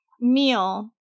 meal